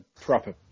proper